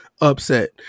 upset